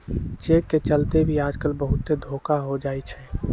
cheque के चलते भी आजकल बहुते धोखा हो जाई छई